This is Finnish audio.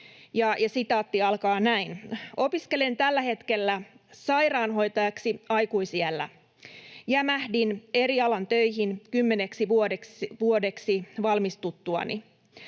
vaihtanut alaa: ”Opiskelen tällä hetkellä sairaanhoitajaksi aikuisiällä. Jämähdin eri alan töihin 10 vuodeksi valmistuttuani.